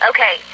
Okay